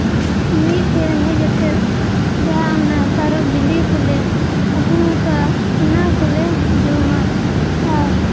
ᱢᱤᱫ ᱴᱷᱮᱱ ᱦᱮᱡ ᱠᱟᱛᱮ ᱡᱟᱦᱟᱸ ᱚᱱᱟ ᱛᱟᱨᱚᱵ ᱵᱤᱞᱤ ᱠᱚᱞᱮ ᱟᱹᱜᱩ ᱠᱟᱜᱼᱟ ᱚᱱᱟ ᱠᱚᱞᱮ ᱡᱚᱢᱟ ᱟᱨ